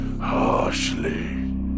harshly